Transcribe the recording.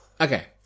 okay